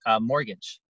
mortgage